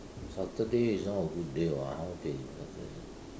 Saturday is not a good day what how can you Saturday